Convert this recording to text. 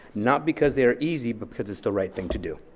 not because they are easy. but because it's the right thing to do.